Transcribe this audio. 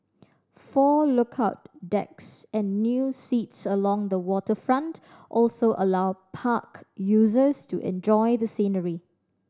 four lookout decks and new seats along the waterfront also allow park users to enjoy the scenery